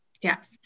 Yes